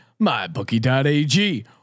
mybookie.ag